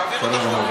תעבירו את החוק,